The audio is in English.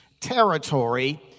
territory